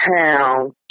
town